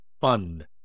fun